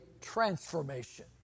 transformation